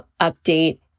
update